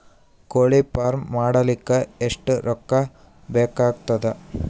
ಕೋಳಿ ಫಾರ್ಮ್ ಮಾಡಲಿಕ್ಕ ಎಷ್ಟು ರೊಕ್ಕಾ ಬೇಕಾಗತದ?